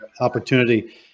opportunity